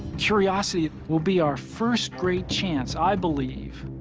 curiosity will be our first great chance, i believe,